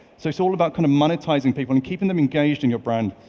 so it's all about kind of, monetising people and keeping them engaged in your brand.